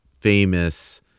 famous